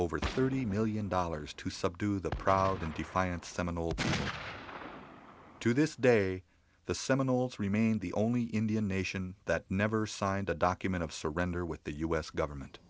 over thirty million dollars to subdue the proud and defiant seminal to this day the seminal to remain the only indian nation that never signed a document of surrender with the us government